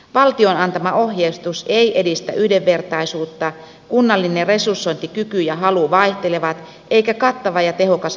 valtion antama ohjeistus ei edistä yhdenvertaisuutta kunnallinen resursointikyky ja halu vaihtelevat eikä kattava ja tehokas valvonta toteudu